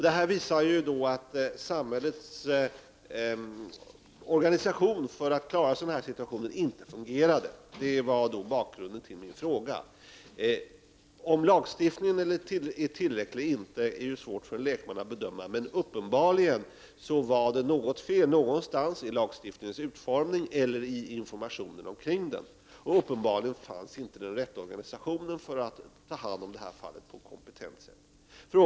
Detta visar att samhällets organisation för att klara sådana situationer inte fungerar. Det var bakgrunden till min fråga. Om lagstiftningen är tillräcklig eller inte är det svårt för en lekman att bedöma. Men uppenbarligen var det något fel någonstans — i lagstiftningens utformning eller i informationen kring den. Uppenbarligen fanns inte den rätta organisationen för att ta hand om detta fall på ett kompetent sätt.